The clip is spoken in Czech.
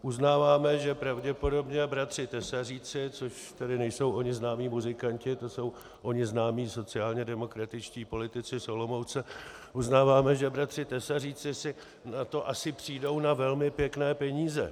Uznáváme, že pravděpodobně bratři Tesaříci, což tedy nejsou oni známí muzikanti, to jsou oni známí sociálně demokratičtí politici z Olomouce, uznáváme, že bratři Tesaříci si na tom asi přijdou na velmi pěkné peníze.